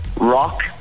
Rock